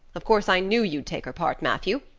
of course i knew you'd take her part, matthew.